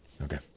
Okay